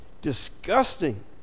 Disgusting